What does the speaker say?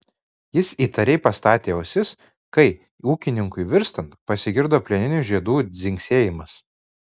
jis įtariai pastatė ausis kai ūkininkui virstant pasigirdo plieninių žiedų dzingsėjimas